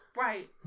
Right